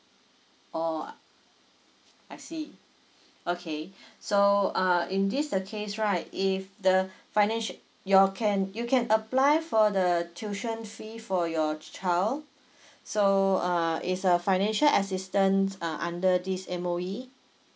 oh I see okay so uh in this the case right if the financial your can you can apply for the tuition fee for your child so uh is a financial assistance uh under this M_O_E